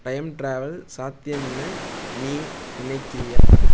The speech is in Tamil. டைம் டிராவல் சாத்தியம்னு நீ நினைக்கிறியா